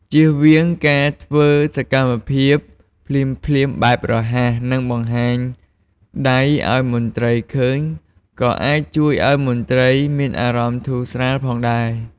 ជៀសវាងការធ្វើសកម្មភាពភ្លាមៗបែបរហ័ស និងបង្ហាញដៃឱ្យមន្ត្រីឃើញ ក៏អាចជួយឱ្យមន្ត្រីមានអារម្មណ៍ធូរស្រាលផងដែរ។